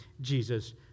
Jesus